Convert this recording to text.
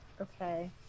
Okay